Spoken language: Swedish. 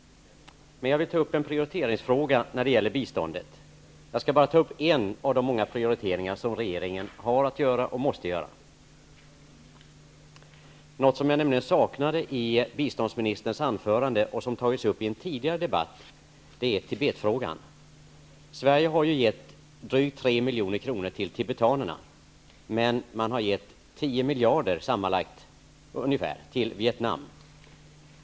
Men jag vill ta upp en prioriteringsfråga när det gäller biståndet. Jag skall bara ta upp en av de många prioriteringar som regeringen har att göra och måste göra. I biståndsministerns anförande saknade jag en fråga som emellertid har tagits upp i en tidigare debatt, nämligen frågan om Tibet. Sverige har gett drygt 3 milj.kr. till tibetanerna, medan man sammanlagt har gett ungefär 10 miljarder till Vietnam.